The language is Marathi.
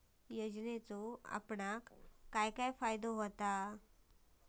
योजनेचो आपल्याक काय काय फायदो होता?